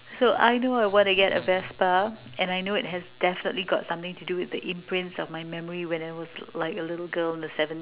so I know I want to get a vespa and I know it has definitely got something to do with the imprints of my memory when I was like a little girl in the seven